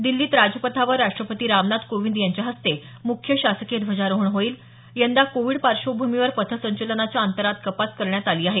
दिल्लीत राजपथावर राष्ट्रपती रामनाथ कोविंद यांच्याहस्ते मुख्य शासकीय ध्वजारोहण होईल यंदा कोविड पार्श्वभूमीवर पथसंचलनाच्या अंतरात कपात करण्यात आली आहे